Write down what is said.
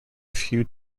few